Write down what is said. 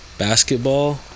basketball